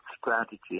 strategy